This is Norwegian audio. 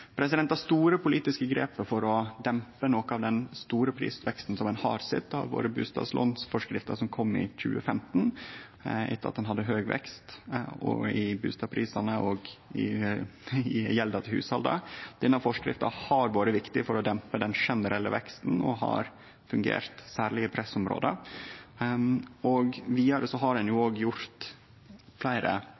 Det store politiske grepet for å dempe noko av den store prisveksten som ein har sett, har vore bustadlånsforskrifta som kom i 2015 etter at ein hadde høg vekst i bustadprisane og i gjelda til hushalda. Denne forskrifta har vore viktig for å dempe den generelle veksten og har fungert særleg i pressområda. Vidare har ein òg gjort fleire